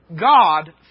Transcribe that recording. God